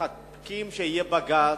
מחכים שיהיה בג"ץ,